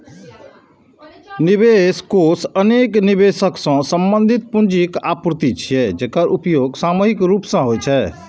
निवेश कोष अनेक निवेशक सं संबंधित पूंजीक आपूर्ति छियै, जेकर उपयोग सामूहिक रूप सं होइ छै